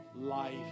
life